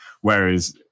Whereas